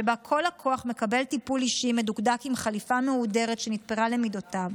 שבה כל לקוח מקבל טיפול אישי מדוקדק עם חליפה מהודרת שנתפרה למידותיו,